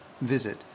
visit